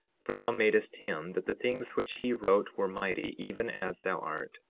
for thou madest him that the things which he wrote were mighty even as thou art,